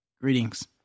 Greetings